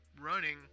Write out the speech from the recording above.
running